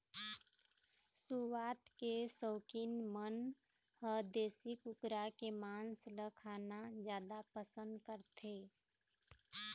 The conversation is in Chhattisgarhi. सुवाद के सउकीन मन ह देशी कुकरा के मांस ल खाना जादा पसंद करथे